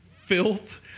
filth